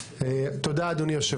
פשוט מאוד דיון לאומי.